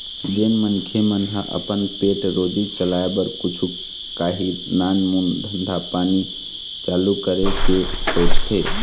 जेन मनखे मन ह अपन पेट रोजी चलाय बर कुछु काही नानमून धंधा पानी चालू करे के सोचथे